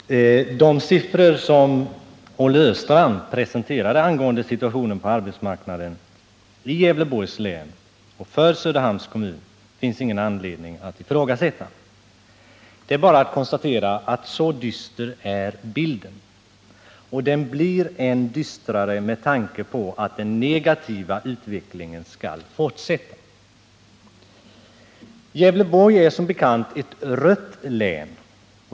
Herr talman! Jag skall inte tala så länge som föregående talare. Det finns ingen anledning att ifrågasätta de siffror Olle Östrand presenterade angående situationen på arbetsmarknaden i Gävleborgs län och för Söderhamns kommun. Det är bara att konstatera: Så dyster är bilden. Den blir än dystrare med tanke på att den negativa utvecklingen skall fortsätta. Gävleborgs län är som bekant ett rött län.